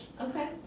Okay